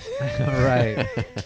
right